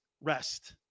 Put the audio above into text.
rest